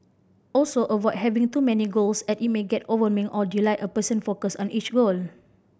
also avoid having too many goals as it may get overwhelming or dilute a person focus on each goal